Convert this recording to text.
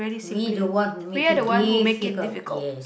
we the one that make it difficult ya